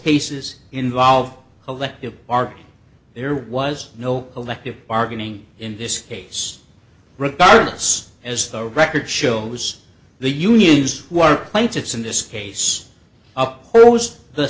cases involve collective arc there was no collective bargaining in this case regardless as the record shows the unions who are plaintiffs in this case up almost the